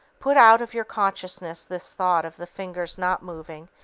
put out of your consciousness this thought of the finger's not moving,